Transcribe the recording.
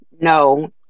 No